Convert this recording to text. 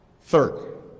Third